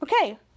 Okay